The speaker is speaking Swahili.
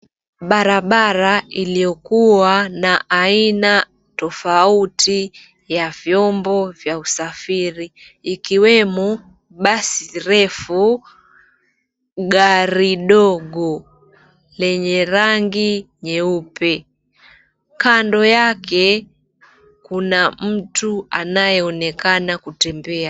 Barabara iliyokuwa na aina tofauti ya vyombo vya usafiri ikiwemo basi refu, gari dogo lenye rangi nyeupe. Kando yake kuna mtu anayeonekana kutembea.